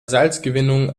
salzgewinnung